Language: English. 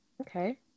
Okay